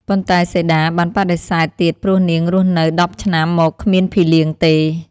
ប៉ុន្តែសីតា បានបដិសេធទៀតព្រោះនាងរស់នៅ១០ឆ្នាំមកគ្មានភីលៀងទេ។